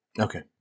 okay